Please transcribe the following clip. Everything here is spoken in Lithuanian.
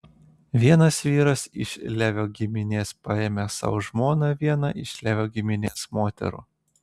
vienas vyras iš levio giminės paėmė sau žmona vieną iš levio giminės moterų